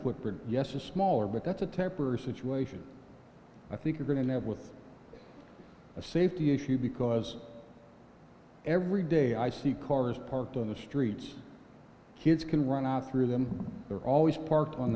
footprint yes a smaller but that's a temporary situation i think you're going to have with a safety issue because every day i see cars parked on the streets kids can run after them they're always parked on